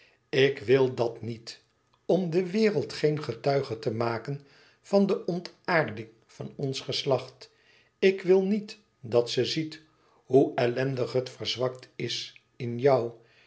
ik wil dat niet om de wereld geen getuige te maken van de ontaarding van ons geslacht ik wil niet dat ze ziet hoe ellendig het verzwakt is in jou